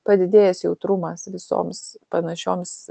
padidėjęs jautrumas visoms panašioms